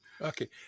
okay